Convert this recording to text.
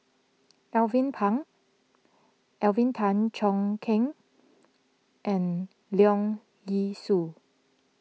Alvin Pang Alvin Tan Cheong Kheng and Leong Yee Soo